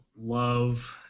love